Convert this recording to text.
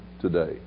today